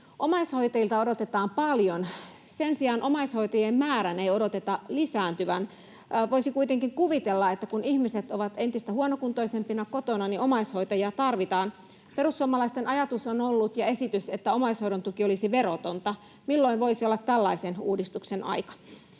Omaishoitajilta odotetaan paljon, sen sijaan omaishoitajien määrän ei odoteta lisääntyvän. Voisi kuitenkin kuvitella, että kun ihmiset ovat entistä huonokuntoisempina kotona, niin omaishoitajia tarvitaan. Perussuomalaisten ajatus ja esitys on ollut, että omaishoidon tuki olisi verotonta. Milloin voisi olla tällaisen uudistuksen aika?